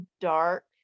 dark